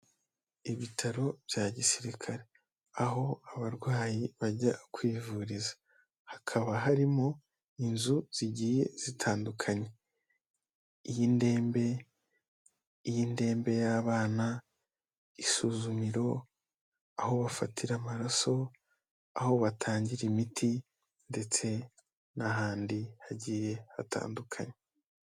Ibitaro bya gisirikare aho abarwayi bajya kwivuriza, hakaba harimo inzu zigiye zitandukanye. Iy'indembe, iy'indembe y'abana, isuzumiro, aho bafatira amaraso, aho batangira imiti ndetse n'ahandi hagiye hatandukanye.